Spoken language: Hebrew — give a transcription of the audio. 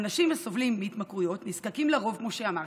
האנשים הסובלים מהתמכרויות, כמו שאמרתי,